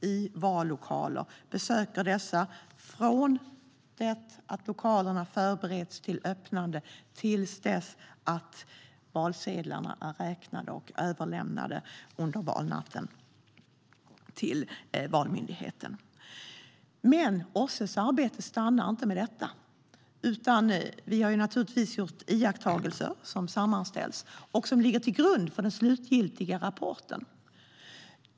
Man besöker vallokaler från det att lokalerna förbereds för att öppnas till dess att valsedlarna är räknade och överlämnade till valmyndigheten under valnatten. Men OSSE:s arbete stannar inte vid detta, utan man har naturligtvis gjort iakttagelser som sammanställs och som ligger till grund för den slutgiltiga rapporten.